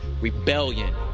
rebellion